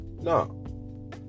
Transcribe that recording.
no